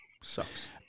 Sucks